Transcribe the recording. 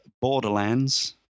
Borderlands